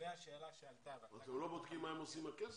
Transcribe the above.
לגבי השאלה שעלתה --- ואתם לא בודקים מה הם עושים עם הכסף?